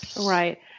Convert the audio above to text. Right